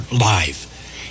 live